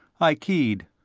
i keyed.